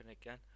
again